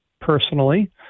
personally